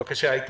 בבקשה, איתן.